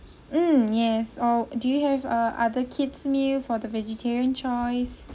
mm yes oh do you have uh other kids meal for the vegetarian choice